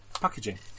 packaging